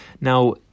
Now